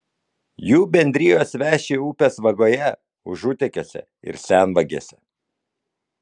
jų bendrijos veši upės vagoje užutekiuose ir senvagėse